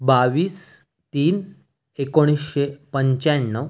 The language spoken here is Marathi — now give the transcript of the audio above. बावीस तीन एकोणीसशे पंच्याण्णव